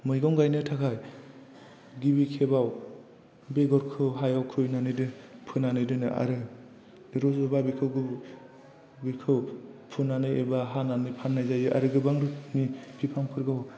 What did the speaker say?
मैगं गायनो थाखाय गिबि खेबाव बेगरखौ हायाव फोनानै दोनो आरो रज'बा बेखौ फुनानै एबा हानानै फाननाय जायो आरो गोबां रोखोमनि बिफांफोरखौ